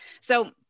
So-